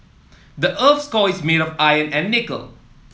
the earth's core is made of iron and nickel